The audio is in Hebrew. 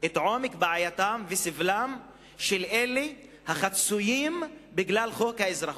את עומק בעייתם וסבלם של אלה החצויים בגלל חוק האזרחות.